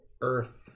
Earth